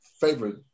favorite